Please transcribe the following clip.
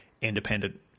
independent